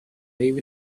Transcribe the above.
leave